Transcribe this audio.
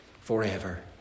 forever